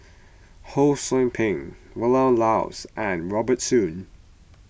Ho Sou Ping Vilma Laus and Robert Soon